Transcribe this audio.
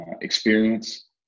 experience